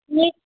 మీ